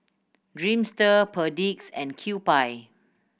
Dreamster Perdix and Kewpie